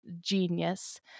Genius